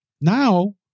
now